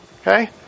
Okay